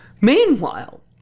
Meanwhile